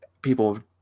people